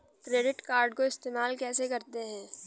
Credit card को इस्तेमाल कैसे करते हैं?